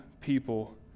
people